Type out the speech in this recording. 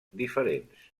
diferents